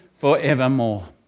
forevermore